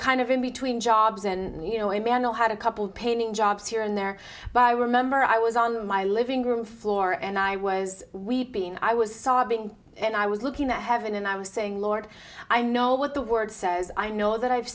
kind of in between jobs and you know emanuel had a couple painting jobs here and there but i remember i was on my living room floor and i was weeping i was sobbing and i was looking at heaven and i was saying lord i know what the word says i know that i've